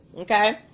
Okay